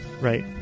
right